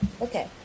Okay